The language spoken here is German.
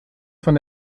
von